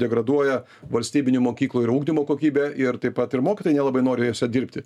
degraduoja valstybinių mokyklų ir ugdymo kokybė ir taip pat ir mokytojai nelabai nori jose dirbti